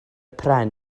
pren